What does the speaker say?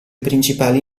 principali